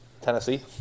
Tennessee